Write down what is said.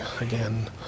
again